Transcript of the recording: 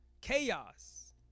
Chaos